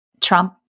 trump